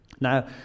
Now